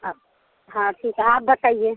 अब हाँ ठीक है आप बताइए